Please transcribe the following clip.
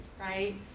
right